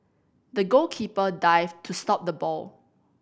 the goalkeeper dived to stop the ball